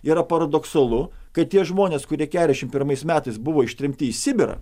yra paradoksalu kad tie žmonės kurie keturiasdešimt pirmais metais buvo ištremti į sibirą